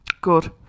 Good